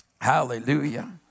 Hallelujah